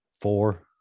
Four